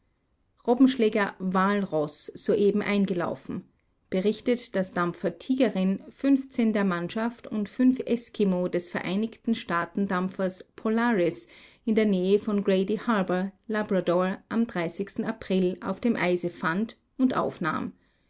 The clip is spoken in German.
robbenschläger walroß soeben eingelaufen berichtet daß dampfer tier in der mannschaft und fünf eso des vereinigten staaten dampfers polaris in der nähe von grady harbor labrador am april auf dem eise fand und aufnahm